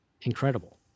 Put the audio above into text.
incredible